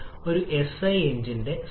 ഇവിടെ മാത്രം ചോദ്യം വായിക്കുക